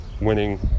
winning